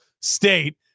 State